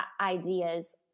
ideas